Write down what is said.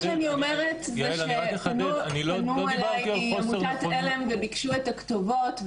מה שאני אומרת זה שפנו אליי מעמותת עלם וביקשו את הכתובות,